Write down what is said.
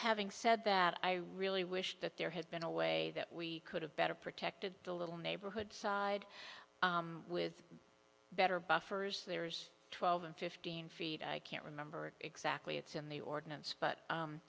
having said that i really wish that there had been a way that we could have better protected the little neighborhood side with better buffers there's twelve and fifteen feet i can't remember exactly it's in the ordinance but